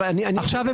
בעיקרן?